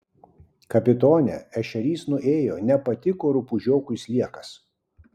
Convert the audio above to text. kapitone ešerys nuėjo nepatiko rupūžiokui sliekas